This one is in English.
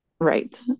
Right